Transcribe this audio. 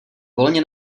volně